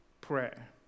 prayer